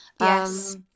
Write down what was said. Yes